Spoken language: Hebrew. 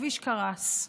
הכביש קרס.